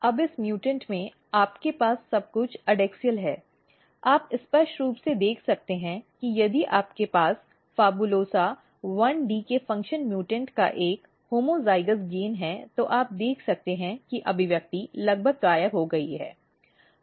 अब इस म्यूटेंट में आपके पास सब कुछ एडैक्सियल है आप स्पष्ट रूप से देख सकते हैं कि यदि आपके पास PHABULOSA 1d के फ़ंक्शन म्यूटेंट का एक सजातीय लाभ है तो आप देख सकते हैं कि अभिव्यक्ति लगभग गायब हो गई है